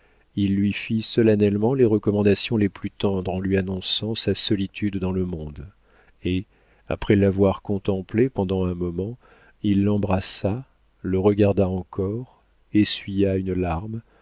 il lui fit solennellement les recommandations les plus tendres en lui annonçant sa solitude dans le monde et après l'avoir contemplé pendant un moment il l'embrassa le regarda encore essuya une larme